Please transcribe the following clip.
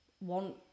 want